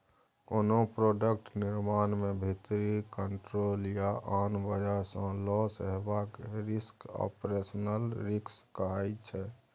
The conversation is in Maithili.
कोनो प्रोडक्ट निर्माण मे भीतरी कंट्रोल या आन बजह सँ लौस हेबाक रिस्क आपरेशनल रिस्क कहाइ छै